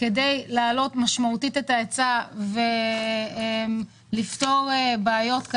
כדי להעלות משמעותית את ההיצע ולפתור בעיות.